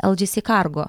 eldžėsė kargo